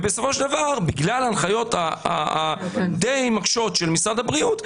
ובסופו של דבר בגלל ההנחיות הדי נוקשות של משרד הבריאות,